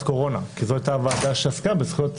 קורונה כי זו הייתה הוועדה שעסקה בכך,